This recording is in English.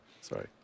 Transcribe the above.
Sorry